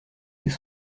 des